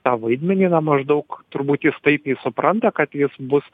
tą vaidmenį na maždaug turbūt jis taip jį supranta kad jis bus